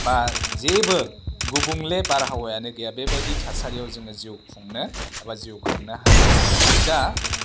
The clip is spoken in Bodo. एबा जेबो गुबुंले बारहावायानो गैया बेबायदि थासारियाव जोङो जिउ खुंनो एबा जिउ खांनो हायो दा